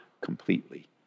completely